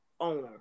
owner